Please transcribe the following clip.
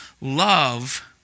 Love